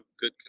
good